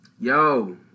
Yo